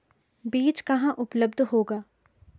बीज कहाँ उपलब्ध होगा?